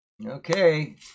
Okay